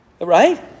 Right